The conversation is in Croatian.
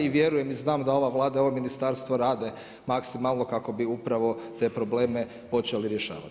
I vjerujem i znam da ova Vlada i ovo ministarstvo rade maksimalno kako bi upravo te probleme počeli rješavati.